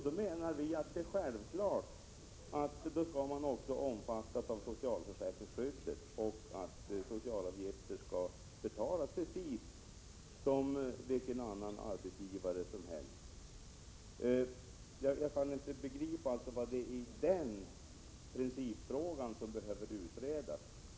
Vi menar att det är självklart att man som idrottsutövare skall omfattas av socialförsäkringsskyddet och att sociala avgifter skall betalas på precis samma sätt som av vilken annan arbetsgivare som helst. Jag kan alltså inte begripa vad det är i den principfrågan som behöver utredas.